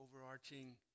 overarching